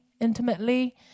intimately